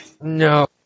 No